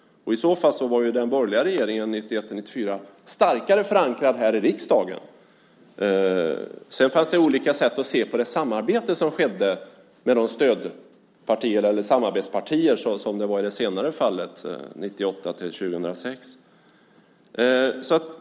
I så fall var den borgerliga regeringen 1991-1994 starkare förankrad här i riksdagen. Sedan fanns det olika sätt att se på det samarbete som skedde med de stödpartier eller samarbetspartier som det var i det senare fallet 1998-2006.